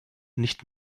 nicht